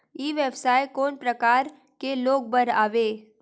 ई व्यवसाय कोन प्रकार के लोग बर आवे?